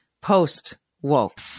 post-woke